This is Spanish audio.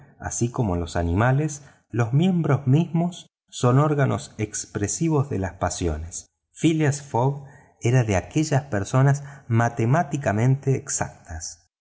así como en los animales los miembros mismos son organos expresivos de las pasiones phileas fogg era de aquellas personas matemáticamente exactas